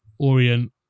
Orient